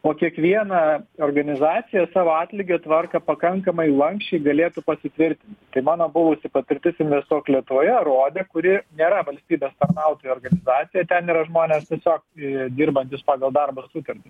o kiekviena organizacija savo atlygio tvarką pakankamai lanksčiai galėtų pasitvirtint tai mano buvusi patirtis investuok lietuvoje rodė kuri nėra valstybės tarnautojų organizacija ten yra žmonės tiesiog dirbantys pagal darbo sutartį